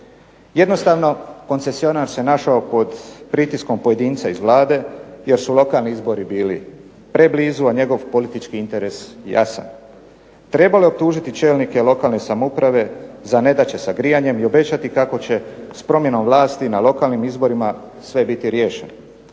Jednostavno koncesionar se našao pod pritiskom pojedinca iz vlade jer su lokalni izbori bili preblizu, a njegov politički interes jasan. trebalo je optužiti čelnike lokalne samouprave za nedaće sa grijanjem i obećati kako će s promjenom vlasti na lokalnim izborima sve biti riješeno,